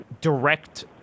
direct